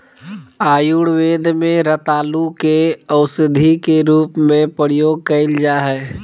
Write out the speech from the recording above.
आयुर्वेद में रतालू के औषधी के रूप में प्रयोग कइल जा हइ